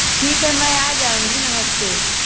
ठीक है मैं आ जाऊँगी नमस्ते